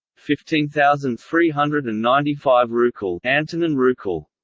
fifteen thousand three hundred and ninety five rukl and and and rukl